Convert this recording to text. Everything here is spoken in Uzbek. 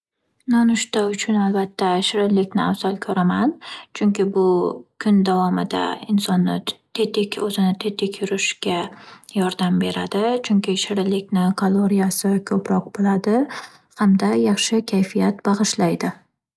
Nonushta uchun albatta shirinlikni afzal ko'raman. Chunki bu kun davomida insonni tetik o'zini tetik yurishiga yordam baradi. Chunki shirinlikni kaloriyasi ko'proq bo'ladi hamda yaxshi kayfiyat bag'ishlaydi.